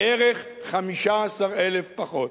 בערך 15,000 פחות.